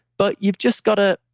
but you've just got to.